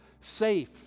safe